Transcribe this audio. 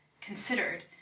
considered